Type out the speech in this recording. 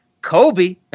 kobe